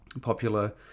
popular